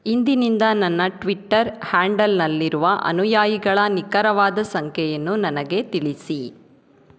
ಇಂದಿನಿಂದ ನನ್ನ ಟ್ವಿಟ್ಟರ್ ಹ್ಯಾಂಡಲ್ನಲ್ಲಿರುವ ಅನುಯಾಯಿಗಳ ನಿಖರವಾದ ಸಂಖ್ಯೆಯನ್ನು ನನಗೆ ತಿಳಿಸಿ